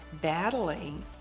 battling